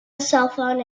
cellphone